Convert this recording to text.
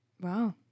wow